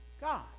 God